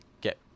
get